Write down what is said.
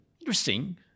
Interesting